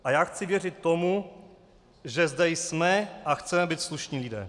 A já chci věřit tomu, že zde jsme a chceme být slušní lidé.